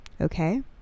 Okay